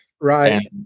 Right